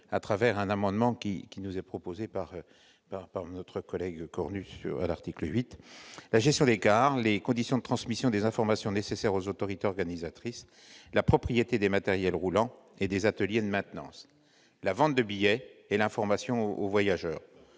ce propos un amendement présenté par notre collègue Gérard Cornu à l'article 8 -, la gestion des gares, les conditions de transmission des informations nécessaires aux autorités organisatrices, la propriété des matériels roulants et des ateliers de maintenance, la vente des billets ainsi que l'information aux voyageurs